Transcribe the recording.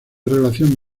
relación